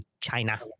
China